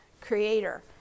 creator